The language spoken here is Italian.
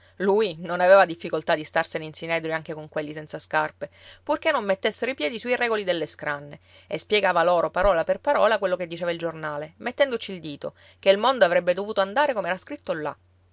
lui non aveva difficoltà di starsene in sinedrio anche con quelli senza scarpe purché non mettessero i piedi sui regoli delle scranne e spiegava loro parola per parola quello che diceva il giornale mettendoci il dito che il mondo avrebbe dovuto andare come era scritto là